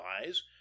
eyes